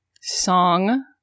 Song